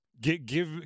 Give